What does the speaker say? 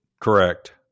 Correct